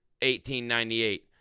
1898